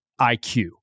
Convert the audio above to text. IQ